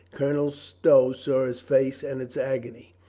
colonel stow saw his face and its agony.